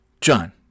John